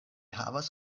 havas